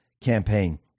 campaign